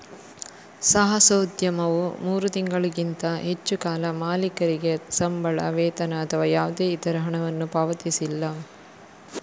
ಸಾಹಸೋದ್ಯಮವು ಮೂರು ತಿಂಗಳಿಗಿಂತ ಹೆಚ್ಚು ಕಾಲ ಮಾಲೀಕರಿಗೆ ಸಂಬಳ, ವೇತನ ಅಥವಾ ಯಾವುದೇ ಇತರ ಹಣವನ್ನು ಪಾವತಿಸಿಲ್ಲ